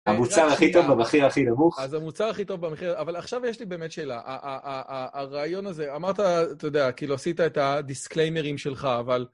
המוצר הכי טוב במחיר הכי נמוך. אז המוצר הכי טוב במחיר, אבל עכשיו יש לי באמת שאלה. הרעיון הזה, אמרת, אתה יודע, כאילו עשית את הדיסקליימרים שלך, אבל...